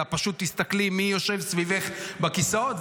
פשוט תסתכלי מי יושב סביבך בכיסאות,